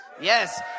Yes